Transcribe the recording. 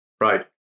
Right